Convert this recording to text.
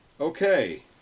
Okay